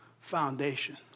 foundation